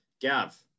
Gav